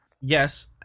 Yes